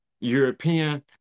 European